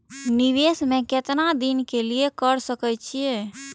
निवेश में केतना दिन के लिए कर सके छीय?